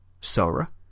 Sora